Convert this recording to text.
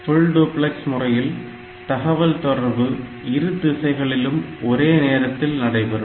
full duplex முறையில் தகவல் தொடர்பு இரு திசைகளிலும் ஒரே நேரத்தில் நடைபெறும்